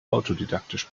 autodidaktisch